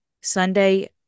Sunday